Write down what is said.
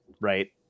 Right